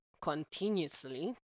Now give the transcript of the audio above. continuously